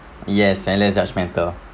yes and less judgemental